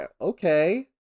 okay